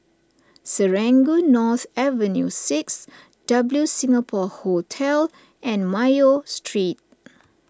Serangoon North Avenue six W Singapore Hotel and Mayo Street